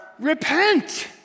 repent